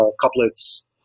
couplets